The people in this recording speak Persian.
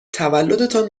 تولدتان